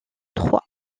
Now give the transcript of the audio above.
trois